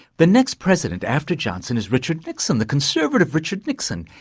the next president after johnson is richard nixon, the conservative richard nixon,